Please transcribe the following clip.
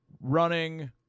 running